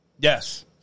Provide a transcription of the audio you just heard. Yes